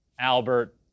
Albert